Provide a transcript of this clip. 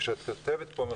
כשאת -- (היו"ר ווליד טאהא,